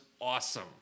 awesome